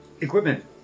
equipment